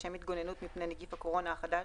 לשם התגוננות מפני נגיף הקורונה החדש,